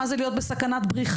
מה זה להיות בסכנת בריחה.